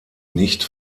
nicht